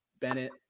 Bennett